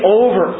over